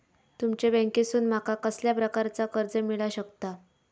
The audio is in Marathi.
तुमच्या बँकेसून माका कसल्या प्रकारचा कर्ज मिला शकता?